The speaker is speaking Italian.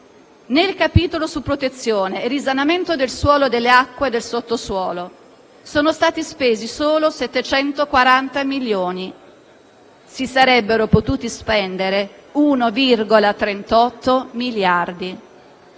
Nel capitolo su protezione e risanamento del suolo, delle acque e del sottosuolo risultano spesi solo 740 milioni di euro; si sarebbero potuti spendere 1,38 miliardi